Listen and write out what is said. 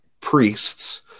priests